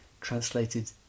translated